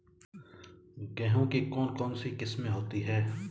गेहूँ की कौन कौनसी किस्में होती है?